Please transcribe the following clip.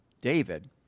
David